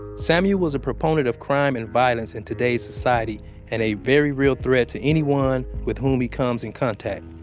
samuel was a proponent of crime and violence in today's society and a very real threat to anyone with whom he comes in contact.